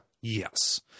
Yes